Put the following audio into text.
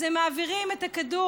אז הם מעבירים את הכדור,